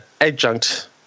adjunct